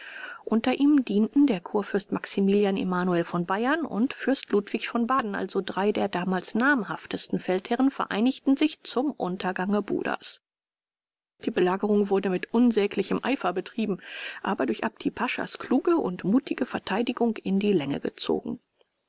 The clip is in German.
unter ihm dienten der kurfürst maximilian emanuel von bayern und fürst ludwig von baden also drei der damals namhaftesten feldherrn vereinigten sich zum untergange budas die belagerung wurde mit unsäglichem eifer betrieben aber durch apti paschas kluge und mutige verteidigung in die länge gezogen